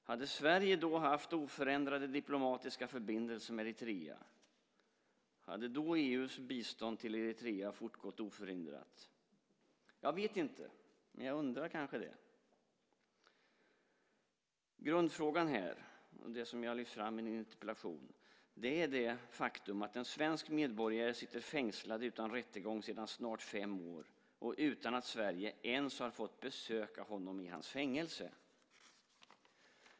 Hade Sverige då haft oförändrade diplomatiska förbindelser med Eritrea? Hade då EU:s bistånd till Eritrea fortgått oförminskat? Jag vet inte, men jag undrar. Grundfrågan, som jag har lyft fram i interpellationen, är det faktum att en svensk medborgare sitter fängslad utan rättegång sedan snart fem år och utan att en representant för Sverige ens har fått besöka honom i hans fängelse.